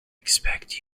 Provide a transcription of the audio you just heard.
expect